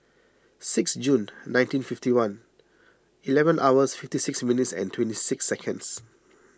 sixth Jun nineteen fifty one eleven hours fifty six minutes and twenty six seconds